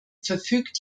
verfügt